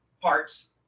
parts